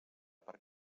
per